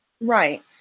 Right